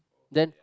then